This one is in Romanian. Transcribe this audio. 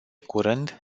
curând